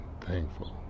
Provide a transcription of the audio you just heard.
thankful